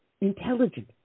intelligent